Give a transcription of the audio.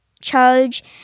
charge